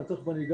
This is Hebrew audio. תכף אני אומר